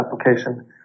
application